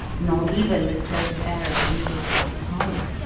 nor even the close air of the middle-class parlour.